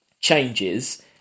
changes